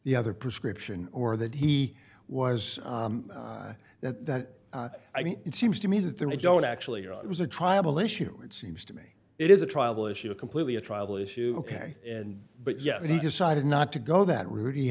the other prescription or that he was that i mean it seems to me that they don't actually it was a tribal issue it seems to me it is a trial issue a completely a trial issue ok and but yet he decided not to go that route he